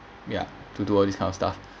ya to do all this kind of stuff